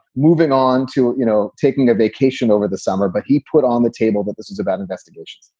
moving on to, you know, taking a vacation over the summer, but he put on the table. but this is about investigations.